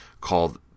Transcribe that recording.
called